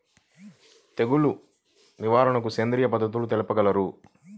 తెగులు నివారణకు సేంద్రియ పద్ధతులు తెలుపగలరు?